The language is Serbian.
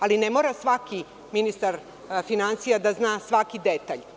Ali, ne mora svaki ministar finansija da zna svaki detalj.